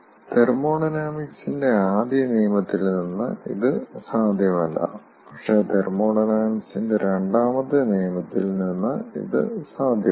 തെർമോഡൈനാമിക്സിന്റെ ആദ്യ നിയമത്തിൽ നിന്ന് ഇത് സാധ്യമല്ല പക്ഷേ തെർമോഡൈനാമിക്സിന്റെ രണ്ടാമത്തെ നിയമത്തിൽ നിന്ന് ഇത് സാധ്യമാണ്